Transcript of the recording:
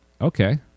Okay